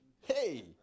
Hey